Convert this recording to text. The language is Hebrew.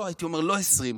והייתי אומר: לא 20,